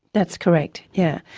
that's correct, yeah